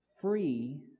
free